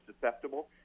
susceptible